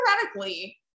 theoretically